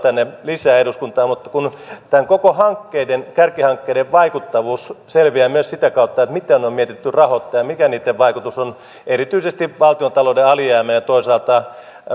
lisää tänne eduskuntaan mutta kun tämän koko kärkihankkeiden vaikuttavuus selviää myös sitä kautta miten on mietitty rahoitus ja mikä niitten vaikutus on erityisesti valtiontalouden alijäämään ja toisaalta